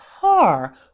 car